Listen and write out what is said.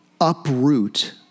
uproot